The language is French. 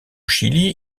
chili